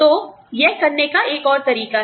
तो यह करने का एक और तरीका है